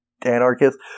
anarchist